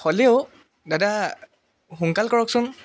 হ'লেও দাদা সোনকাল কৰকচোন